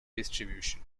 distribution